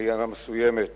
עלייה מסוימת